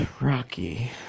rocky